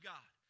God